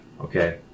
Okay